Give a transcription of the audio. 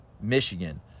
Michigan